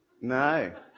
No